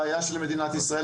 אם לא נחבר את זה, אנחנו בבעיה.